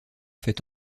fait